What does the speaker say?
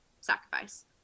sacrifice